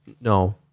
No